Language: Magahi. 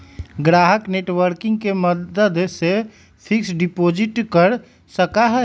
ग्राहक नेटबैंकिंग के मदद से फिक्स्ड डिपाजिट कर सका हई